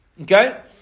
Okay